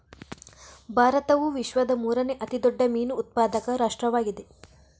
ಭಾರತವು ವಿಶ್ವದ ಮೂರನೇ ಅತಿ ದೊಡ್ಡ ಮೀನು ಉತ್ಪಾದಕ ರಾಷ್ಟ್ರವಾಗಿದೆ